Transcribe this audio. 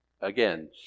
again